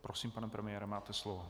Prosím, pane premiére, máte slovo.